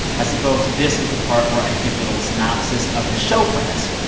i suppose this is the part where i give you a little synopsis of the show friends.